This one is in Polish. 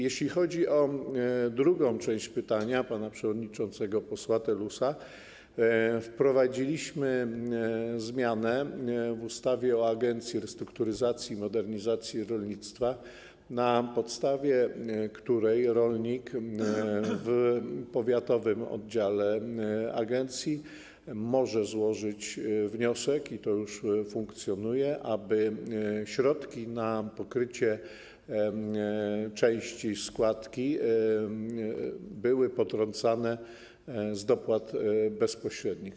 Jeśli chodzi o drugą część pytania pana przewodniczącego posła Telusa, wprowadziliśmy zmianę w ustawie o Agencji Restrukturyzacji i Modernizacji Rolnictwa, na podstawie której rolnik w powiatowym oddziale agencji może złożyć wniosek - i to już funkcjonuje - aby środki na pokrycie części składki były potrącane z dopłat bezpośrednich.